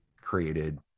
created